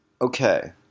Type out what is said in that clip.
Okay